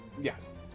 Yes